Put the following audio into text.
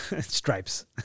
stripes